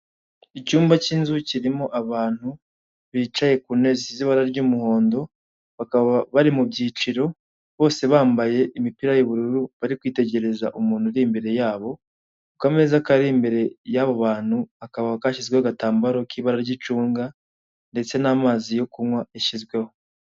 Icyumba cy'inzu kirimo abantu bicaye ku ntebe zisize ibara ry'umuhondo, bakaba bari mu byicaro bose bambaye imipira y'ubururu, bari kwitegereza umuntu uri imbere yabo, ku ameza kari imbere y'abo bantu kakaba kashyizweho agatambaro k'ibara ry'icunga ndetse n'amazi yo kunywa yashyizweho.